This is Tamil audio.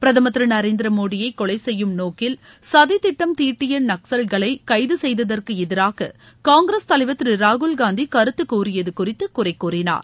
பிரதமா் திரு நரேந்திர மோடியை கொலை செய்யும் நோக்கில் சதி திட்டம் தீட்டிய நக்சல்களை கைது செய்ததற்கு எதிராக காங்கிரஸ் தலைவர் திரு ராகுல் காந்தி கருத்து கூறியது குறித்து குறை கூறினார்